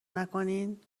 نکنین